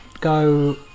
go